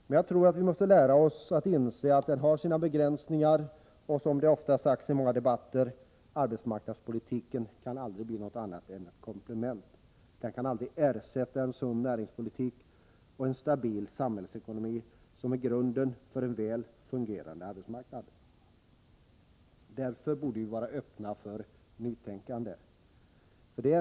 Men jag tror att vi måste lära oss att inse att arbetsmarknadspolitiken har sina begränsningar och, som det ofta sagts i debatten, att den aldrig kan bli annat än ett komplement. Den kan aldrig ersätta en sund näringspolitik och en stabil samhällsekonomi, som är grunden för en väl fungerande arbetsmarknad. Därför borde vi vara öppna för nytänkande.